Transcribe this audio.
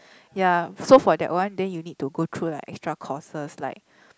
ya so for that one then you need to go through a extra courses like